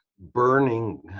burning